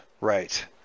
Right